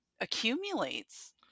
accumulates